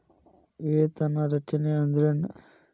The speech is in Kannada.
ವೇತನ ರಚನೆ ಅಂದ್ರೆನ?